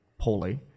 poorly